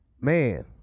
man